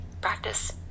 practice